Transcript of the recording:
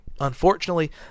Unfortunately